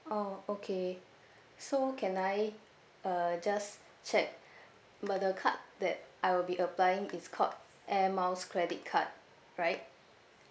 oh okay so can I uh just check the card that I will be applying it's called air miles credit card right